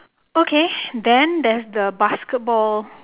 okay then there's the basketball